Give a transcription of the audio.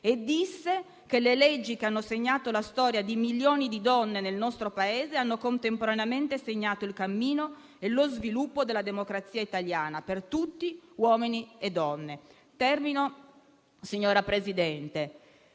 Disse che le leggi che hanno segnato la storia di milioni di donne nel nostro Paese hanno contemporaneamente segnato il cammino e lo sviluppo della democrazia italiana per tutti, uomini e donne. Signor Presidente,